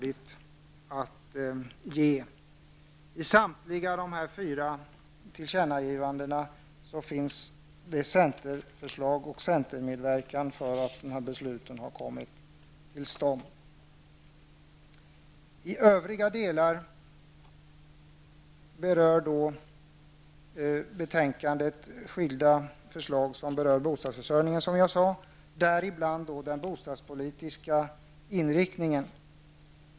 I samtliga fyra tillkännagivanden finns det centerförslag och centermedverkan som har gjort att dessa beslut har kommit till stånd. I övrigt berör betänkandet skilda förslag om bostadsförsörjningen, däribland den bostadspolitiska inriktningen.